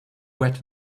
wet